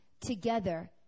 together